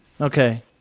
Okay